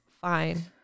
Fine